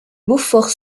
beaufort